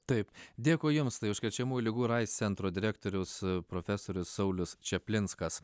taip dėkui jums tai užkrečiamųjų ligų ir aids centro direktorius profesorius saulius čaplinskas